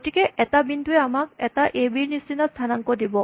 গতিকে এটা বিন্দুৱে আমাক এটা এ বি ৰ নিচিনা স্হানাংক দিব